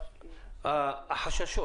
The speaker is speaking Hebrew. אבל החששות